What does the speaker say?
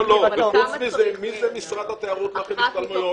וחוץ מזה, מי זה משרד התיירות להכין השתלמויות?